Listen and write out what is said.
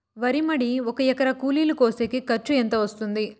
వరి మడి ఒక ఎకరా కూలీలు కోసేకి ఖర్చు ఎంత వస్తుంది?